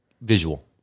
Visual